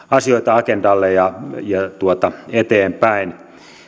asioita agendalle ja eteenpäin